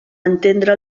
entendre